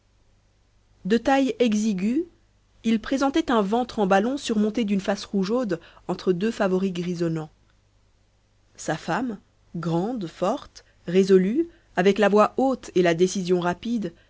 de taille exiguë il présentait un ventre en ballon surmonté d'une face rougeaude entre deux favoris grisonnants sa femme grande forte résolue avec la voix haute et la décision rapide